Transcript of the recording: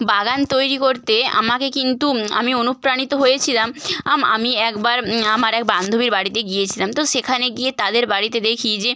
বাগান তৈরি করতে আমাকে কিন্তু আমি অনুপ্রাণিত হয়েছিলাম আমি একবার আমার এক বান্ধবীর বাড়িতে গিয়েছিলাম তো সেখানে গিয়ে তাদের বাড়িতে দেখি যে